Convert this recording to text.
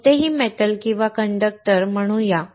कोणताही धातू किंवा कंडक्टर म्हणू या